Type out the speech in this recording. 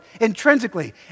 intrinsically